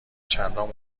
چندان